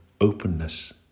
openness